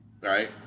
right